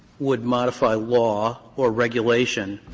would modify law or regulation.